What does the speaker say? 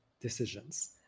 decisions